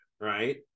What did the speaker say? Right